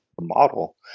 model